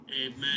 Amen